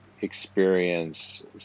experience